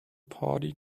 party